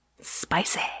Spicy